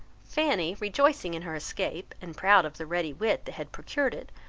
fanny, rejoicing in her escape, and proud of the ready wit that had procured it,